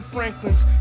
Franklins